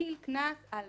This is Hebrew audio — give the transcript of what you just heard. ומטיל קנס על